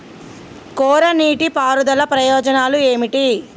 కోరా నీటి పారుదల ప్రయోజనాలు ఏమిటి?